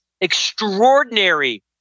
extraordinary